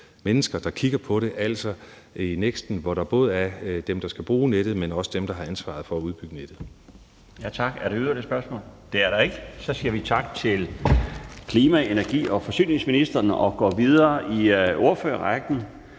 mennesker, der kigger på det, altså dem i NEKST'en, hvor der både er dem, der skal bruge nettet, men også dem, der har ansvaret for at udbygge nettet. Kl. 14:24 Den fg. formand (Bjarne Laustsen): Tak. Er der et yderligere spørgsmål? Det er der ikke. Så siger vi tak til klima-, energi- og forsyningsministeren og går i gang med ordførerrækken,